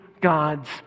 God's